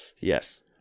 Yes